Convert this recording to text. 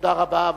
תודה רבה.